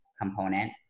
component